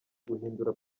guhindura